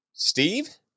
Steve